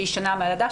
שהיא שנה מהלידה,